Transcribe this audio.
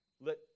Let